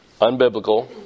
Unbiblical